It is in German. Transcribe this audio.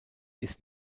ist